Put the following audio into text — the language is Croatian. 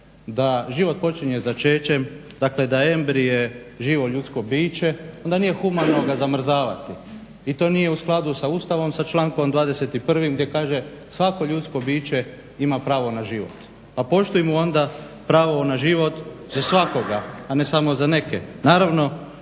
da život počinje začećem, dakle da embrij je živo ljudsko biće onda nije humano ga zamrzavati i to nije u skladu sa Ustavom sa člankom 21. gdje kaže svako ljudsko biće ima pravo na život. Pa poštujmo onda pravo na život za svakoga, a ne samo za neke. Naravno